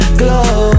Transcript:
glow